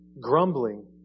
Grumbling